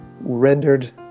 rendered